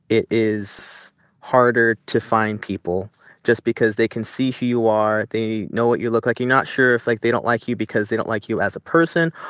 it is harder to find people just because they can see who you are. they know what you look like. you're not sure if, like, they don't like you because they don't like you as a person,